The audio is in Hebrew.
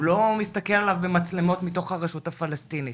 הוא לא מסתכל עליו במצלמות מתוך הרשות הפלסטינית.